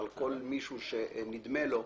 על כל מי שנדמה לו,